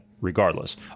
regardless